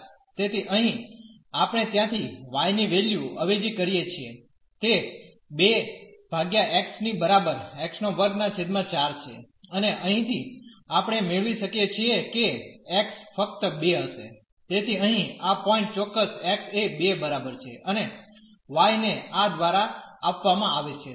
તેથી અહીં આપણે ત્યાંથી y ની વેલ્યુ અવેજી કરીએ છીએ તે 2x ની બરાબર x2 4 છે અને અહીંથી આપણે મેળવી શકીએ છીએ કે x ફક્ત 2 હશે તેથી અહીં આ પોઇન્ટ ચોક્કસ x એ 2 બરાબર છે અને y ને આ દ્વારા આપવામા આવે છે